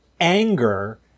anger